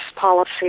policy